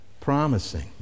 promising